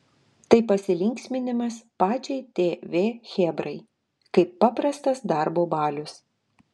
tai pasilinksminimas pačiai tv chebrai kaip paprastas darbo balius